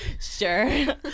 sure